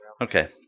Okay